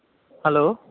hello